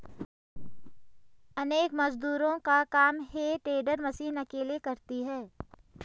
अनेक मजदूरों का काम हे टेडर मशीन अकेले करती है